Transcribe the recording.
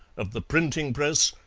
of the printing-press,